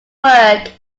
work